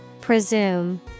Presume